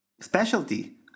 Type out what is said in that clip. specialty